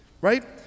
right